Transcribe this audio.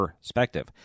perspective